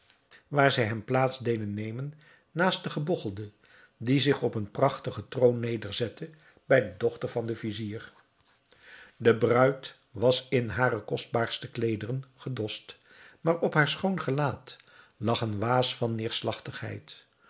waar zij hem plaats deden nemen naast den gebogchelde die zich op een prachtigen troon nederzette bij de dochter van den vizier de bruid was in hare kostbaarste kleederen gedost maar op haar schoon gelaat lag een waas van neêrslagtigheid